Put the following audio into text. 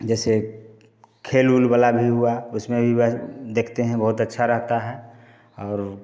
जैसे खेल ऊल वाला भी हुआ उसमें भी वही देखते हैं बहुत अच्छा रहता है और